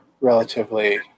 relatively